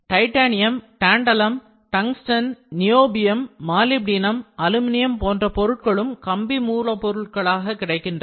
titanium tantalum tungsten niobium molybdenum aluminium போன்ற பொருட்களும் கம்பி மூலப்பொருளாக கிடைக்கின்றன